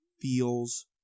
feels